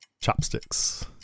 Chopsticks